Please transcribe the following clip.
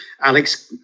Alex